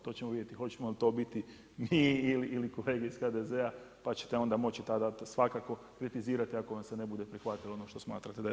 To ćemo vidjeti hoćemo li to biti mi ili kolege iz HDZ-a pa ćete onda moći tada svakako kritizirati ako vam se ne bude prihvatilo ono što smatrate da je ispravno.